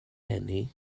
eni